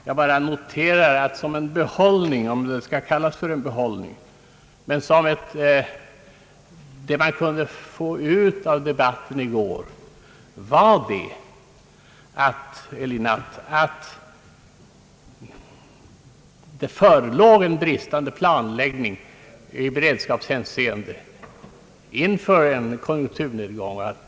Jag bara noterar att behållningen — om det nu kan kallas för en behållning — av gårdagens debatt var att det faktiskt förelegat en bristande planläggning i beredskapshänseende inför en konjunkturnedgång.